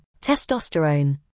testosterone